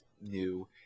new